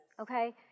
Okay